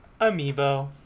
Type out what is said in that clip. Amiibo